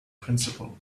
principle